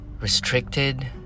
restricted